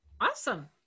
Awesome